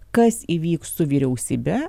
kas įvyks su vyriausybe